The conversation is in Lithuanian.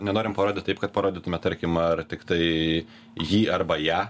nenorim parodyt taip kad parodytume tarkim ar tiktai jį arba ją